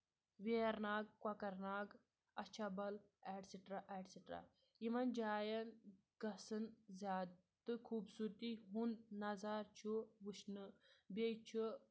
Verinag Kokernag Achabal etcetera etcetera یِمَن جایَن گژھن زیاد تہٕ خوٗبصوٗرتی ہُںٛد نظارٕ چھُ وٕچھنہٕ بیٚیہِ چھُ